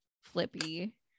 flippy